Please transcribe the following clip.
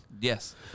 Yes